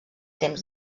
temps